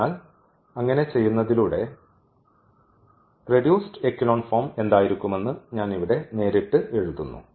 അതിനാൽ അങ്ങനെ ചെയ്യുന്നതിലൂടെ റെഡ്യൂസ്ഡ് എക്കലോൺ ഫോം എന്തായിരിക്കുമെന്ന് ഞാൻ ഇവിടെ നേരിട്ട് എഴുതുന്നു